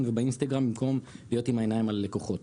ובאינסטגרם במקום להיות עם העיניים על הלקוחות.